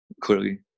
clearly